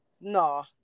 No